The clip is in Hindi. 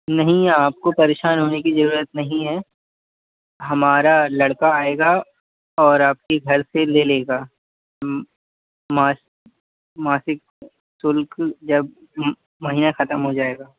नहीं आपको परेशान होने की जरूरत नहीं है हमारा लड़का आएगा और आपके घर से ले लेगा मां मासिक शुल्क जब महीना ख़त्म हो जाएगा